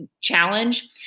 challenge